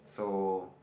so